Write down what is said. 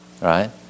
Right